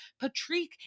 Patrick